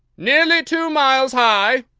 nearly two miles high,